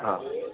હા